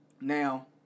now